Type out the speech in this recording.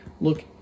look